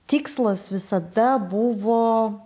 tikslas visada buvo